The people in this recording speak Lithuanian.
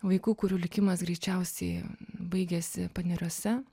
vaikų kurių likimas greičiausiai baigėsi paneriuose